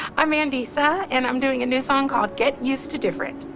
i'm mandisa, and i'm doing a new song called get used to different.